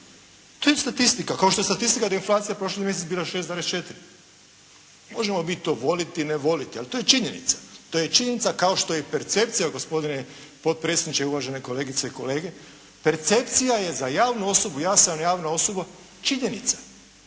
To je statistika, kao što je statistika da je inflacija prošli mjesec bila 6,4. Možemo mi to voljeti, ne voljeti, ali to je činjenica. To je činjenica kao što je i percepcija gospodine potpredsjedniče, uvažene kolegice i kolege. Percepcija je za javnu osobu, ja sam javna osoba, činjenica.